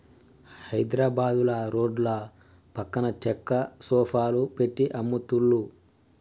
హైద్రాబాదుల రోడ్ల పక్కన చెక్క సోఫాలు పెట్టి అమ్ముతున్లు